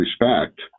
respect